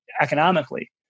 economically